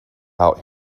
out